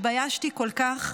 התביישתי כל כך.